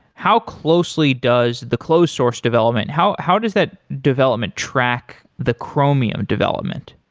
how closely does the closed source development, how how does that development track the chromium development?